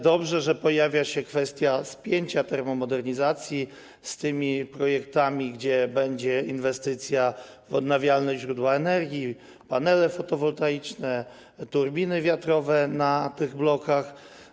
Dobrze też, że pojawia się kwestia spięcia termomodernizacji z tymi projektami, w których będą uwzględnione inwestycje w odnawialne źródła energii, panele fotowoltaiczne, turbiny wiatrowe na tych blokach.